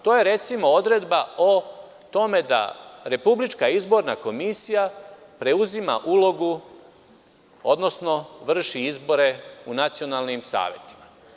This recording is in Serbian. To je, recimo, odredba o tome da Republička izborna komisija preuzima ulogu, odnosno vrši izbore u nacionalnim savetima.